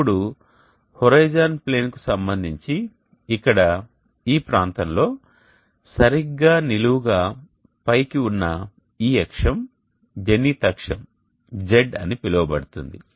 ఇప్పుడు హోరిజోన్ ప్లేన్కు సంబంధించి ఇక్కడ ఈ ప్రాంతంలో సరిగ్గా నిలువుగా పైకి ఉన్న ఈ అక్షం జెనిత్ అక్షం Z అని పిలువబడుతుంది